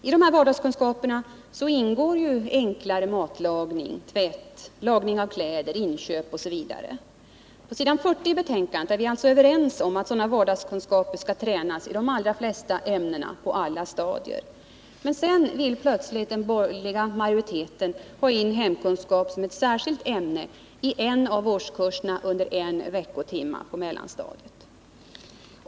I de här vardagskunskaperna ingår enklare matlagning, tvätt, lagning av kläder, inköp osv. På s. 40 i betänkandet är vi överens om att sådana vardagskunskaper skall tränas i de allra flesta ämnena på alla stadier. Men sedan vill plötsligt den borgerliga majoriteten ha in hemkunskap som ett särskilt ämne i en av årskurserna under en veckotimme på mellanstadiet.